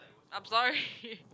I'm sorry